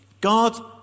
God